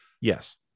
yes